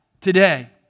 today